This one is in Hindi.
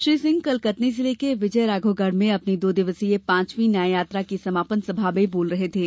श्री सिंह कल कटनी जिले के विजय राघवगढ़ में अपनी दो दिवसीय पांचवीं न्याय यात्रा की समापन सभा में बोल रहे थे